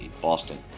Boston